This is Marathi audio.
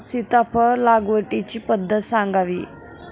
सीताफळ लागवडीची पद्धत सांगावी?